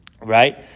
Right